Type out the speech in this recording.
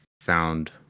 found